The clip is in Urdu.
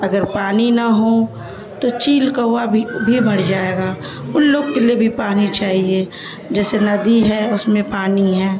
اگر پانی نہ ہو تو چیل کوا بھی بھی مر جائے گا ان لوگ کے لیے بھی پانی چاہیے جیسے ندی ہے اس میں پانی ہے